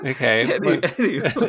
Okay